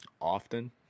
often